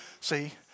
See